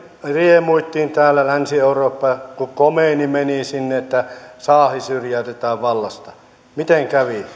riemuittiin täällä länsi euroopassa kun khomeini meni sinne että saahi syrjäytetään vallasta miten kävi